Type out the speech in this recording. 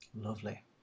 lovely